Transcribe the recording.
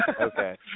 Okay